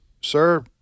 sir